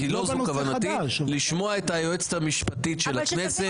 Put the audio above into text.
מבקש לשמוע עכשיו את היועצת המשפטית לכנסת.